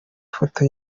foto